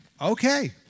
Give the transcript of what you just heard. okay